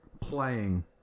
playing